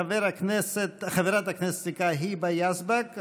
חבר הכנסת, סליחה, חברת הכנסת, היבה יזבק.